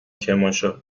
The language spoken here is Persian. کرمانشاه